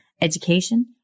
education